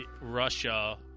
Russia